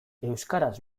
euskaraz